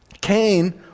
Cain